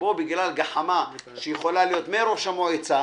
שבו בגלל גחמה שיכולה להיות מראש המועצה